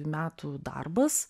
metų darbas